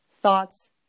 thoughts